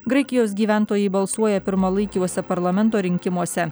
graikijos gyventojai balsuoja pirmalaikiuose parlamento rinkimuose